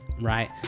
right